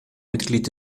mitglied